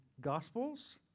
Gospels